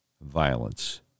violence